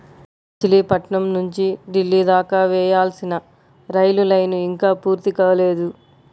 మచిలీపట్నం నుంచి ఢిల్లీ దాకా వేయాల్సిన రైలు లైను ఇంకా పూర్తి కాలేదు